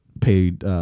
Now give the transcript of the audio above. Paid